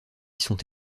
sont